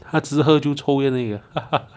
他只喝酒抽烟而已 [what]